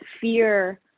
fear